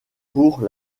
pour